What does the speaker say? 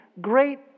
great